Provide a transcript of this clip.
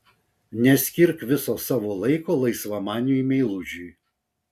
neskirk viso savo laiko laisvamaniui meilužiui